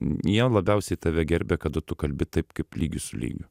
jie labiausiai tave gerbia kada tu kalbi taip kaip lygis su lygiu